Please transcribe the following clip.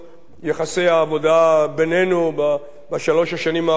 יחסי העבודה בינינו בשלוש השנים האחרונות.